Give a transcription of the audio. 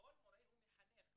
שכל מורה הוא מחנך,